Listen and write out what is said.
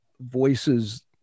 voices